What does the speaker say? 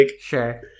Sure